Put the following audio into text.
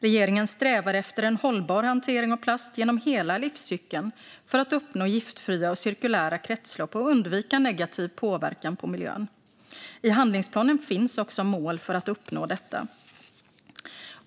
Regeringen strävar efter en hållbar hantering av plast genom hela livscykeln för att uppnå giftfria och cirkulära kretslopp och undvika negativ påverkan på miljön. I handlingsplanen finns också mål för att uppnå detta.